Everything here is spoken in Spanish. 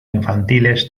infantiles